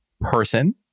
person